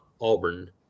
Auburn